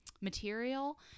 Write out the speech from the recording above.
material